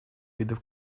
видов